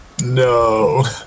no